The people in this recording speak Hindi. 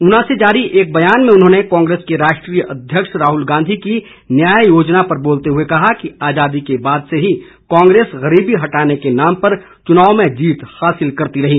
ऊना से जारी एक बयान में उन्होंने कांग्रेस के राष्ट्रीय अध्यक्ष राहुल गांधी की न्याय योजना पर बोलते हुए कहा कि आजादी के बाद से ही कांग्रेस गरीबी हटाने के नाम पर चुनाव में जीत हासिल करती रही